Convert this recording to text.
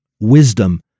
wisdom